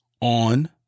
on